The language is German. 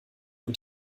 und